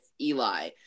Eli